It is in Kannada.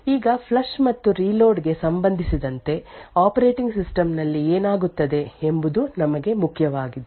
ಈಗ ಫ್ಲಶ್ ಮತ್ತು ರೀಲೋಡ್ ಗೆ ಸಂಬಂಧಿಸಿದಂತೆ ಆಪರೇಟಿಂಗ್ ಸಿಸ್ಟಂ ನಲ್ಲಿ ಏನಾಗುತ್ತದೆ ಎಂಬುದು ನಮಗೆ ಮುಖ್ಯವಾಗಿದೆ